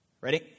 Ready